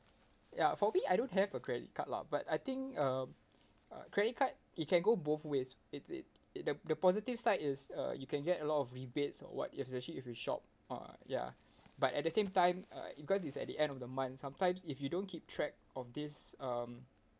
ya for me I don't have a credit card lah but I think uh uh credit card it can go both ways it's it it the the positive side is uh you can get a lot of rebates or [what] especially if you shop uh ya but at the same time uh because it's at the end of the month sometimes if you don't keep track of this um